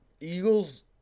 Eagles